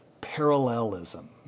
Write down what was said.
parallelism